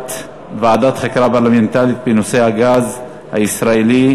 בהקמת ועדת חקירה פרלמנטרית בנושא הגז הישראלי,